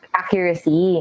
accuracy